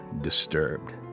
disturbed